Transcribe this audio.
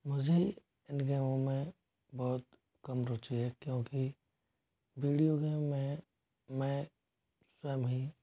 मुझे इन गेमों में बहुत कम रुचि है क्योंकि वीडियो गेम में मैं स्वयं ही